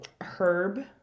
Herb